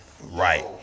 Right